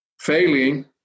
Failing